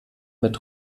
mit